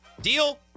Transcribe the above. Deal